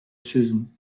saison